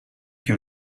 che